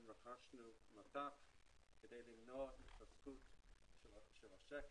רכשנו מט"ח כי למנוע התחזקות של השקל.